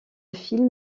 film